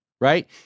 right –